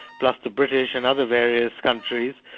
plus the british and other various countries.